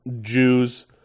Jews